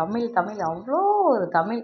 தமிழ் தமிழ் அவ்வளோ ஒரு தமிழ்